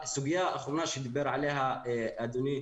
בסוגיה האחרונה שדיבר עליה אדוני,